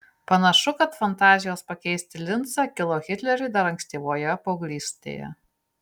panašu kad fantazijos pakeisti lincą kilo hitleriui dar ankstyvoje paauglystėje